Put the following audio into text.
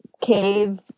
cave